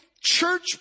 church